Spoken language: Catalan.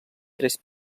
tres